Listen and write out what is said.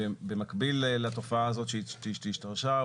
במקביל לתופעה הזאת שהשתרשה,